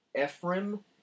Ephraim